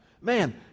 man